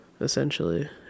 essentially